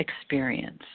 experience